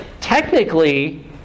technically